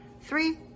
three